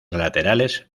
laterales